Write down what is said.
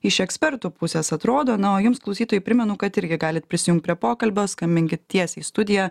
iš ekspertų pusės atrodo na o jums klausytojai primenu kad irgi galite prisijungti prie pokalbio skambink tiesiai į studiją